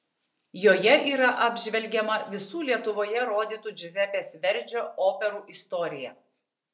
joje yra apžvelgiama visų lietuvoje rodytų džiuzepės verdžio operų istorija